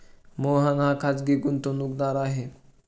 मोहन हा खाजगी गुंतवणूकदार आहे